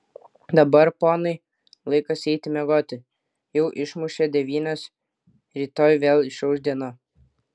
dabar ponai laikas eiti miegoti jau išmušė devynias rytoj vėl išauš diena